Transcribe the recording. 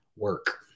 Work